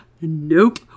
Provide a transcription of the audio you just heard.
nope